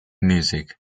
music